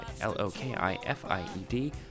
L-O-K-I-F-I-E-D